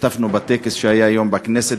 השתתפנו בטקס שהיה היום בכנסת,